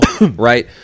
right